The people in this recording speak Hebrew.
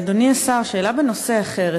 אדוני השר, שאלה בנושא אחר.